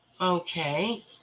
okay